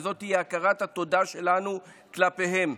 וזאת תהיה הכרת התודה שלנו כלפיהם.